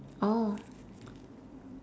oh